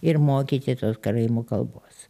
ir mokyti tos karaimų kalbos